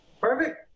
Perfect